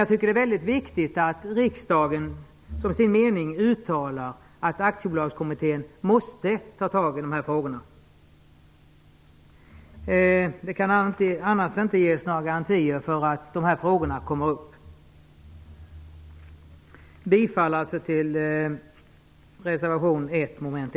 Jag tycker att det är viktigt att riksdagen som sin mening uttalar att Aktiebolagskommittén måste ta tag i dessa frågor. Det kan annars inte ges några garantier för att dessa tas upp till behandling. Jag yrkar bifall till reservation 1 under mom. 1.